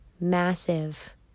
massive